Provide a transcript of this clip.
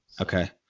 Okay